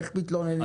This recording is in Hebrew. איך מתלוננים?